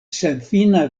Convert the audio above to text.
senfina